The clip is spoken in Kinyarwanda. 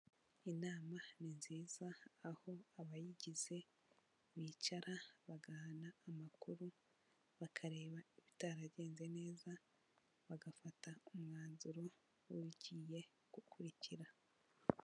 Inama ni nziza aho abayigize bicara bagahana amakuru, bakareba ibitaragenze neza bagafata umwanzuro w'ibigiye gukurikira.